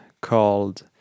called